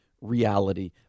reality